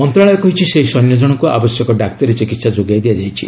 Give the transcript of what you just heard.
ମନ୍ତ୍ରଣାଳୟ କହିଛି ସେହି ସୈନ୍ୟ ଜଣଙ୍କୁ ଆବଶ୍ୟକ ଡାକ୍ତରୀ ଚିକିତ୍ସା ଯୋଗାଇ ଦିଆଯାଇଛି